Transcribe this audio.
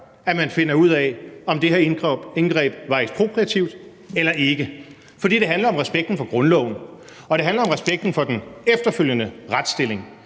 at man finder ud af, om det her indgreb var ekspropriativt eller ikke. For det handler om respekten for grundloven, og det handler om respekten for den efterfølgende retsstilling.